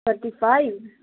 thirty five